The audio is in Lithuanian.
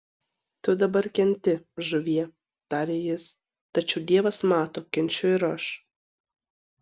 tu dabar kenti žuvie tarė jis tačiau dievas mato kenčiu ir aš